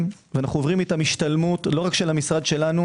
ואנו עוברים איתם השתלמות לא רק של המשרד שלנו.